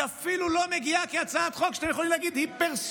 היא אפילו לא מגיעה כהצעת חוק שאתם יכולים להגיד: היא פרסונלית,